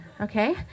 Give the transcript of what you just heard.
okay